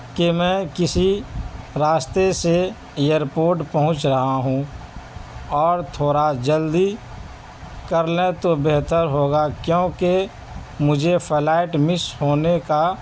کہ میں کِسی راستے سے ایئرپورٹ پہنچ رہا ہوں اور تھوڑا جلدی کر لیں تو بہتر ہوگا کیونکہ مجھے فلائٹ مس ہونے کا